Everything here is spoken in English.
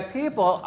people